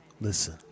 Listen